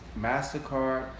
MasterCard